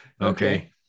Okay